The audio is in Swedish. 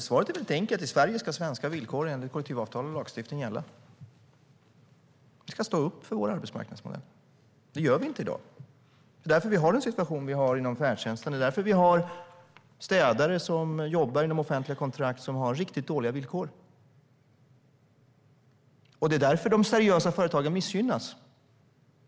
Herr talman! Svaret är enkelt: I Sverige ska svenska villkor enligt kollektivavtal och lagstiftning gälla. Vi ska stå upp för vår arbetsmarknadsmodell. Det gör vi inte i dag. Det är därför vi har den situation vi har inom färdtjänsten. Det är därför vi har städare som jobbar inom offentliga kontrakt och som har riktigt dåliga villkor. Det är därför de seriösa företagen missgynnas.